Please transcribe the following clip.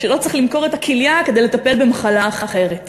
שלא צריך למכור את הכליה כדי לטפל במחלה אחרת.